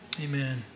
amen